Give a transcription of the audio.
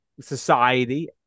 society